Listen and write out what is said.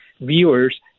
viewers